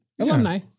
Alumni